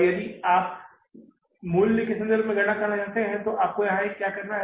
यदि आप मूल्य के संदर्भ में गणना करना चाहते हैं तो आपको यहां क्या करना है